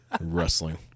Wrestling